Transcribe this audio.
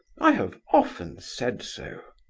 i have often said so.